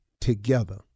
together